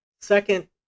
second